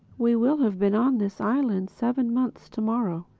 we will have been on this island seven months to-morrow.